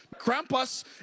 Krampus